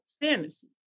fantasy